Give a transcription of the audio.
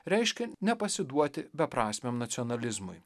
reiškia nepasiduoti beprasmiam nacionalizmui